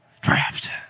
draft